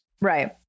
Right